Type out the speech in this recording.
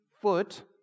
foot